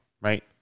right